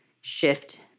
shift